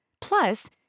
Plus